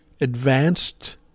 advanced